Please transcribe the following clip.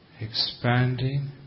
expanding